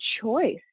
choice